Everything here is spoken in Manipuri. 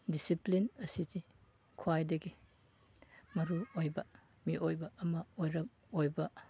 ꯗꯤꯁꯤꯄ꯭ꯂꯤꯟ ꯑꯁꯤꯗꯤ ꯈ꯭ꯋꯥꯏꯗꯒꯤ ꯃꯔꯨ ꯑꯣꯏꯕ ꯃꯤꯑꯣꯏꯕ ꯑꯃ ꯑꯣꯏꯕ